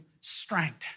strength